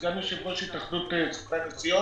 סגן יושב-ראש התאחדות סוכני הנסיעות.